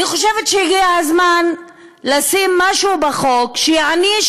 אני חושבת שהגיע הזמן לשים משהו בחוק שיעניש